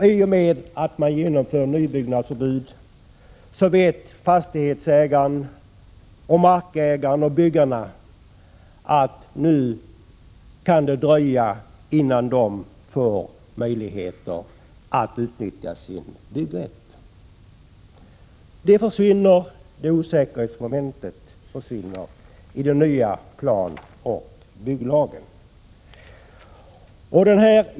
I och med detta vet fastighetsägaren, markägaren och byggarna att det kan dröja länge innan de får möjlighet att utnyttja sin byggrätt. Det osäkerhetsmomentet försvinner i den nya plan--och bygglagen.